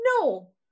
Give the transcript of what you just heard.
No